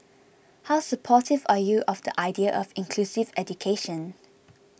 how supportive are you of the idea of inclusive education